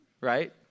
right